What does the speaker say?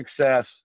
success